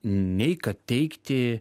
nei kad teikti